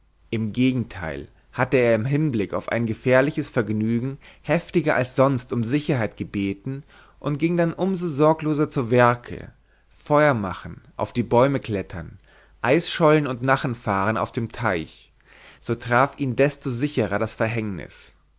im gegenteil hatte er im hinblick auf ein gefährliches vergnügen heftiger als sonst um sicherheit gebeten und ging dann umso sorgloser zu werke feuermachen auf die bäume klettern eisschollen und nachenfahren auf dem teich so traf ihn desto sicherer das verhängnis